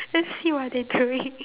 then see what they doing